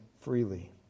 freely